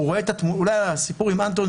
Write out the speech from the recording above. אולי הסיפור עם אנטון,